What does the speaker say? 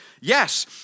Yes